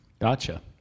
Gotcha